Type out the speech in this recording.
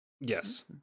Yes